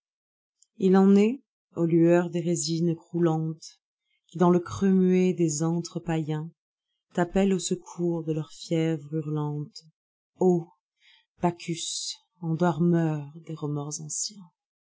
il en est aux lueurs des résines croulantes qui dans le creux muet des vieux antres païensrappellent au secours de leur fièvre hurlante pacheurs des remords anciens